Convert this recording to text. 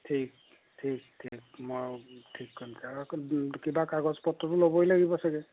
ঠিক ঠিক ঠিক মই ঠিক কৰিম আকৌ কিবা কাগজ পত্ৰটো ল'বই লাগিব চাগৈ